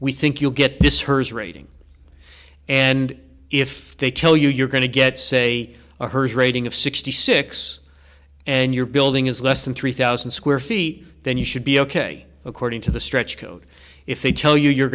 we think you'll get this hers rating and if they tell you you're going to get say a hers rating of sixty six and your building is less than three thousand square feet then you should be ok according to the stretch code if they tell you you're